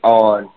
on